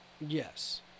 Yes